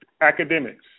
academics